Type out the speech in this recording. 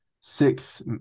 six